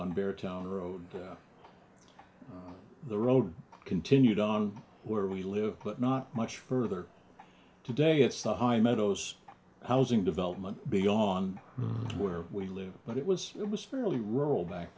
on bear town road up the road continued on where we live but not much further today it's the high and meadows housing development beyond where we live but it was it was fairly rural back